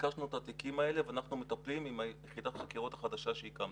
ביקשנו את התיקים האלה ואנחנו מטפלים עם יחידת החקירות החדשה שהקמנו.